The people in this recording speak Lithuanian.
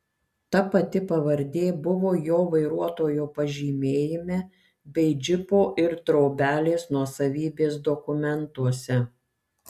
ta pati pavardė buvo jo vairuotojo pažymėjime bei džipo ir trobelės nuosavybės dokumentuose